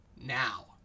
Now